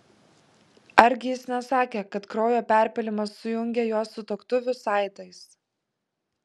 argi jis nesakė kad kraujo perpylimas sujungė juos sutuoktuvių saitais